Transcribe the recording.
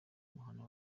mahano